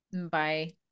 Bye